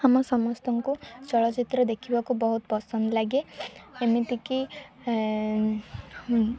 ଆମ ସମସ୍ତଙ୍କୁ ଚଳଚ୍ଚିତ୍ର ଦେଖିବାକୁ ବହୁତ ପସନ୍ଦ ଲାଗେ ଏମିତି କି ହୁଁ